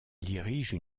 dirige